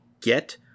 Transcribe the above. get